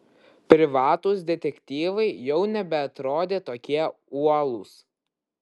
privatūs detektyvai jau nebeatrodė tokie uolūs